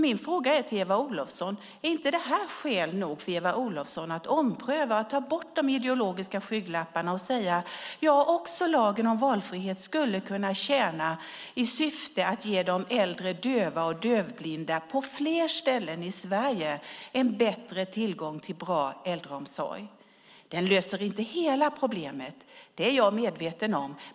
Min fråga till Eva Olofsson är: Är inte detta skäl nog för Eva Olofsson att ompröva, ta bort de ideologiska skygglapparna och säga: Också lagen om valfrihet skulle kunna tjäna i syfte att ge de äldre döva och dövblinda på fler ställen i Sverige tillgång till bra äldreomsorg? Den löser inte hela problemet. Det är jag medveten om.